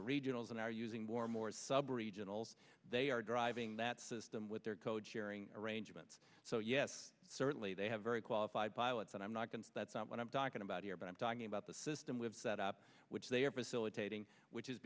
the regionals and are using more and more sub regionals they are driving that system with their code sharing arrangements so yes certainly they have very qualified pilots and i'm not going to that's not what i'm talking about here but i'm talking about the system with set up which they are